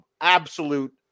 absolute